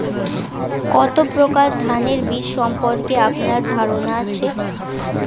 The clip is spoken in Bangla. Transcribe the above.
কত প্রকার ধানের বীজ সম্পর্কে আপনার ধারণা আছে?